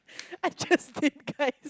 I just did guys